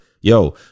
yo